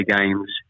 games